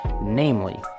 namely